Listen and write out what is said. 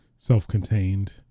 self-contained